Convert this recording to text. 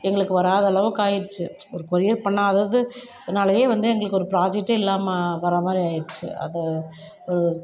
எங்களுக்கு வராத அளவுக்கு ஆயிடுச்சு ஒரு கொரியர் பண்ணாதது இதனாலையே வந்து எங்களுக்கு ஒரு ப்ராஜெக்ட்டே இல்லாம வர மாதிரி ஆயிடுச்சு அது